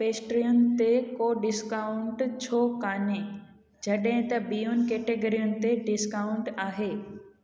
पेस्ट्रियुनि ते को डिस्काऊंट छो कान्हे जॾहिं त ॿियुनि कैटेगरियुनि ते डिस्काऊंट आहे